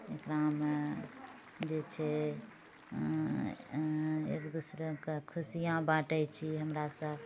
एकरामे जे छै एकदूसरेकेँ खुशियाँ बाँटै छी हमरासभ